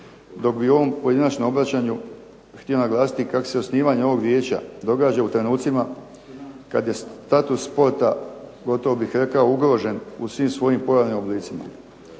dok bi u ovom pojedinačnom obraćanju htio naglasiti kako se osnivanje ovog vijeća događa u trenucima kad je status sporta gotovo bih rekao ugrožen u svim svojim pojavnim oblicima.